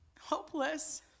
hopeless